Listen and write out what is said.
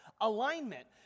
alignment